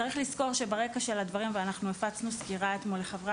צריך לזכור שברקע של דברים ואנחנו הפצנו אתמול סקירה לחברי